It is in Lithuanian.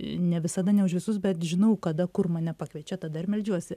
ne visada ne už visus bet žinau kada kur mane pakviečia tada ir meldžiuosi